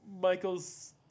Michael's